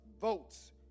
votes